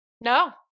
No